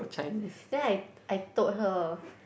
then I I told her